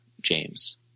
James